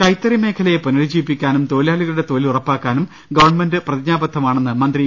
കൈത്തറി മേഖലയെ പുനരുജ്ജീവിപ്പിക്കാനും തൊഴിലാളികളുടെ തൊഴിൽ ഉറപ്പിക്കാനും ഗവൺമെന്റ് പ്രതിജ്ഞാബദ്ധമാണെന്ന് മന്ത്രി ഇ